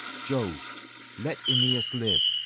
jove let aeneas live,